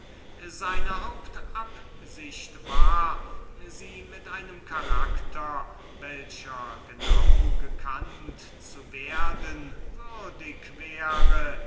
seine hauptabsicht war sie mit einem charakter welcher gekannt zu werden würdig wäre